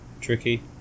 Tricky